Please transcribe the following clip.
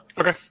Okay